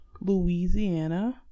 Louisiana